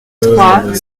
trois